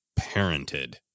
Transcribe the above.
parented